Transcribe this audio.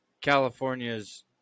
California's